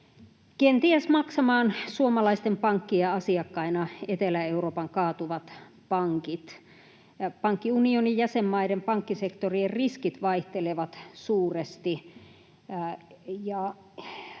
kenties maksamaan suomalaisten pankkien asiakkaina Etelä-Euroopan kaatuvat pankit. Pankkiunionin jäsenmaiden pankkisektorien riskit vaihtelevat suuresti,